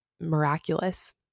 miraculous